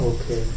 Okay